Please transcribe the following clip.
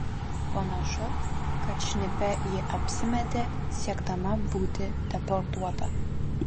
panašu kad šnipe ji apsimetė siekdama būti deportuota